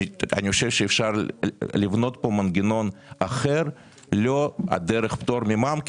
אני חושב שאפשר לבנות פה מנגנון אחר לא דרך פטור ממע"מ כי